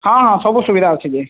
ହଁ ହଁ ସବୁ ସୁବିଧା ଅଛି ଯେ